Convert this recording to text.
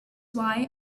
why